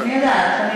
אני יודעת.